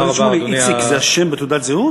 האם שמולי איציק זה השם בתעודת הזהות,